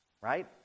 right